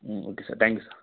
okay sir thank you sir